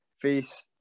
face